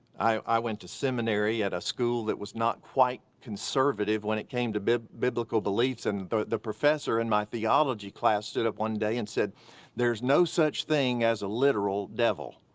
i went to seminary at a school that was not quite conservative when it came to biblical beliefs and the professor in my theology class stood up one day and said there's no such thing as a literal devil.